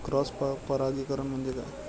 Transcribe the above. Cross परागीकरण म्हणजे काय?